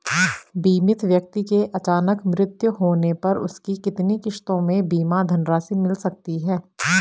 बीमित व्यक्ति के अचानक मृत्यु होने पर उसकी कितनी किश्तों में बीमा धनराशि मिल सकती है?